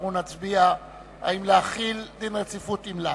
אנחנו נצביע אם להחיל דין רציפות אם לאו.